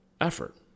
effort